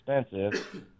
expensive